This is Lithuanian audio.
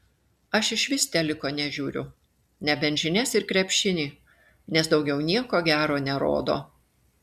aš išvis teliko nežiūriu nebent žinias ir krepšinį nes daugiau nieko gero nerodo